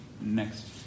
next